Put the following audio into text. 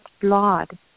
blood